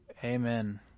Amen